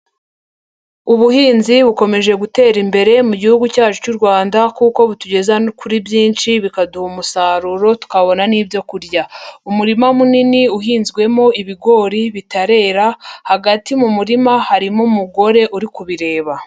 Ubuhinzi bukomeje gutera imbere mu gihugu cyacu cy'u Rwanda kuko butugeza no kuri byinshi bikaduha umusaruro tukabona n'ibyo kurya. Umurima munini uhinzwemo ibigori bitarera, hagati mu murima harimo umugore uri kubireba.